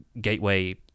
gateway